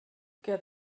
get